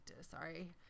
Sorry